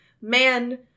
man